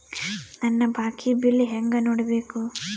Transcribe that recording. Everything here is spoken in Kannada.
ನನ್ನ ಬಾಕಿ ಬಿಲ್ ಹೆಂಗ ನೋಡ್ಬೇಕು?